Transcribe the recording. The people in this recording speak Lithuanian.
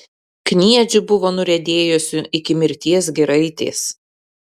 kniedžių buvo nuriedėjusių iki mirties giraitės